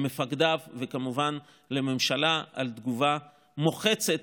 למפקדיו וכמובן לממשלה על תגובה מוחצת,